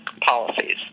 policies